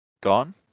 gone